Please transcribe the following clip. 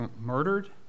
murdered